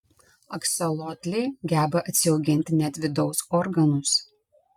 aksolotliai geba atsiauginti net vidaus organus